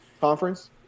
conference